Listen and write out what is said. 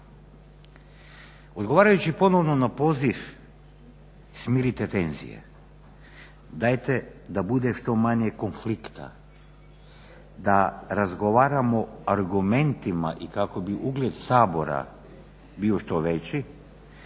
odgovarajući ponovno na poziv smirite tenzije, dajte da bude što manje konflikta, da razgovaramo argumentima i kako bi ugled Sabora bio što veći,